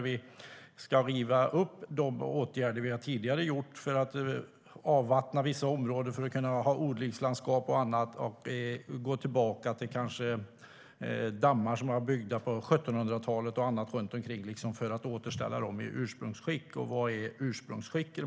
Vi ska riva upp tidigare åtgärder som har genomförts för att avvattna vissa områden för att kunna ha odlingslandskap och gå tillbaka till dammar som är byggda på 1700-talet och återställa dem i ursprungsskick. Och vad är ursprungsskick?